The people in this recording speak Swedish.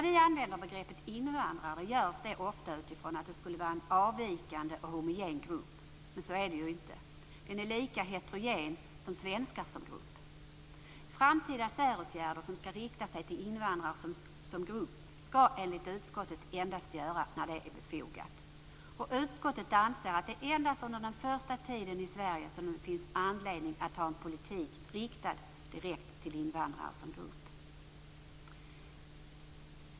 Vi använder ofta begreppet invandrare som om det rörde sig om en avvikande och homogen grupp, men så är det ju inte. Den är lika heterogen som svenskar som grupp. Säråtgärder riktade till invandrare som grupp skall enligt utskottet i framtiden endast användas när detta är befogat. Utskottet anser att det är endast under den första tiden i Sverige som det finns anledning att ha en politik riktad till invandrare som grupp.